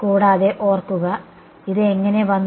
കൂടാതെ ഓർക്കുക ഇത് എങ്ങനെ വന്നു